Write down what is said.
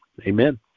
Amen